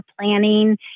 planning